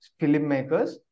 filmmakers